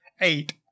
eight